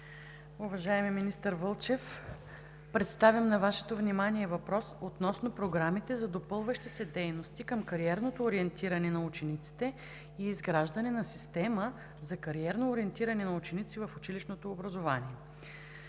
Уважаеми министър Вълчев, представям на Вашето внимание въпрос относно програмите за допълващи се дейности към кариерното ориентиране на учениците и изграждане на система за кариерно ориентиране на ученици в училищното образование.